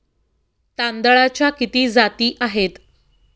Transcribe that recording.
तांदळाच्या किती जाती आहेत?